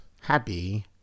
happy